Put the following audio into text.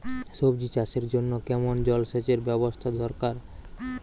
সবজি চাষের জন্য কেমন জলসেচের ব্যাবস্থা দরকার?